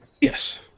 Yes